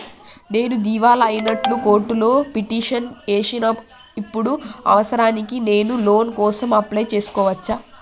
నేను దివాలా అయినట్లు కోర్టులో పిటిషన్ ఏశిన ఇప్పుడు అవసరానికి నేను లోన్ కోసం అప్లయ్ చేస్కోవచ్చా?